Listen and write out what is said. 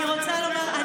אז למה את מחכה,